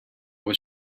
was